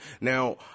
Now